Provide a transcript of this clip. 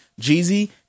Jeezy